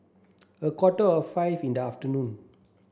a quarter of five in the afternoon